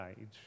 age